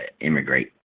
immigrate